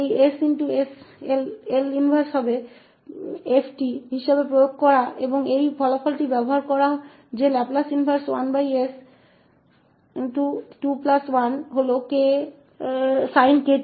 इस 𝐿 इनवर्स 𝑠𝐹𝑠 को 𝑓′𝑡 के रूप में लागू करना और इस परिणाम का उपयोग करना कि लाप्लास इनवर्स 1s21 sin 𝑘𝑡 है